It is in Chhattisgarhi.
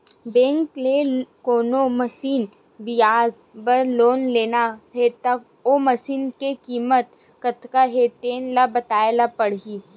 बेंक ले कोनो मसीन बिसाए बर लोन लेना हे त ओ मसीनी के कीमत कतका हे तेन ल बताए ल परही